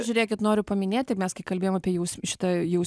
žiūrėkit noriu paminėti mes kai kalbėjom apie jausm šitą jaus